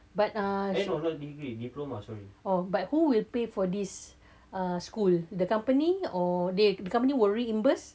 but ah but who will pay for this uh school the company or the company will reimburse